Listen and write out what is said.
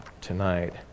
tonight